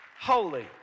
holy